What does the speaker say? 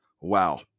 Wow